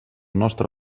nostre